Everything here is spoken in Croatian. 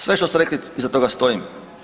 Sve što ste rekli, iza toga stojim.